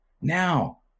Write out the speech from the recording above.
Now